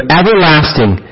everlasting